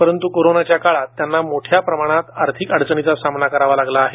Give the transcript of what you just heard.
परंत् कोरोनाच्या काळात त्यांना मोठ्या प्रमाणात आर्थिक अडचणीचा सामना करावा लागत आहे